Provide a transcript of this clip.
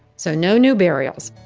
so no new burials